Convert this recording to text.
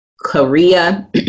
Korea